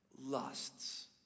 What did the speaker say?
lusts